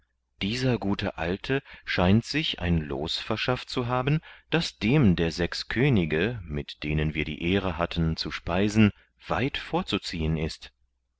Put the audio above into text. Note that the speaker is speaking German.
dieser gute alte scheint sich ein loos verschafft zu haben das dem der sechs könige mit denen wir die ehre hatten zu speisen weit vorzuziehen ist